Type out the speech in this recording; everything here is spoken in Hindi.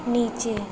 नीचे